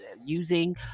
using